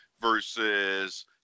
versus